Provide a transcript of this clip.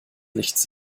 nichts